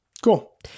Cool